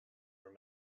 were